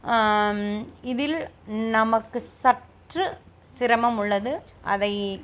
இதில் நமக்கு சற்று சிரமம் உள்ளது அதை